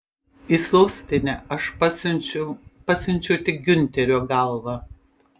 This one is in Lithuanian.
į sostinę aš pasiunčiau pasiunčiau tik giunterio galvą